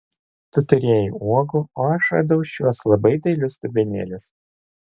tu turėjai uogų o aš radau šiuos labai dailius dubenėlius